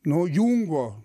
nu jungo